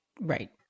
right